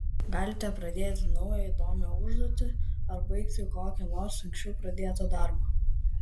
galite pradėti naują įdomią užduotį ar baigti kokį nors anksčiau pradėtą darbą